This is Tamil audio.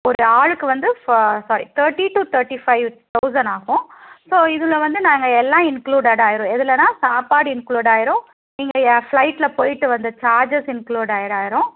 ஒரு ஆளுக்கு வந்து four sorry thirty to thirty five thousand ஆகும் ஸோ இதில் வந்து நாங்கள் எல்லாம் இன்க்ளூடெட் ஆயிரும் எதுலைன்னா சாப்பாடு இன்க்ளூட் ஆயிரும் நீங்கள் ஃப்ளைட்டில் போயிவிட்டு வந்த சார்ஜஸ் இன்க்ளூடட் ஆயிரும்